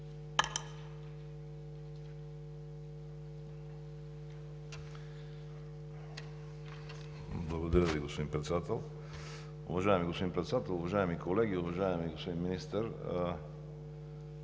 Благодаря Ви, господин Председател. Уважаеми господин Председател, уважаеми колеги! Уважаеми господин Министър,